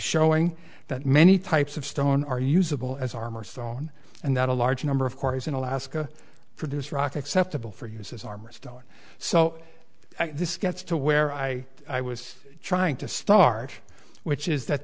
showing that many types of stone are usable as armor stone and that a large number of cory's in alaska produce rock acceptable for use as armor start so this gets to where i i was trying to start which is that